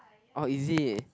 oh is it